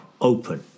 open